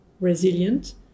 resilient